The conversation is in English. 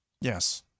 yes